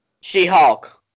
She-Hulk